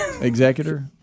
Executor